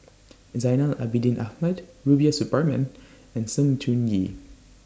Zainal Abidin Ahmad Rubiah Suparman and Sng Choon Yee